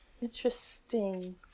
Interesting